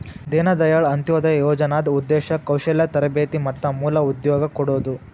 ದೇನ ದಾಯಾಳ್ ಅಂತ್ಯೊದಯ ಯೋಜನಾದ್ ಉದ್ದೇಶ ಕೌಶಲ್ಯ ತರಬೇತಿ ಮತ್ತ ಮೂಲ ಉದ್ಯೋಗ ಕೊಡೋದು